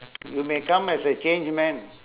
you may come as a changed man